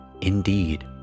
Indeed